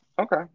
Okay